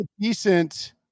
decent